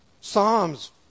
Psalms